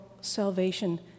salvation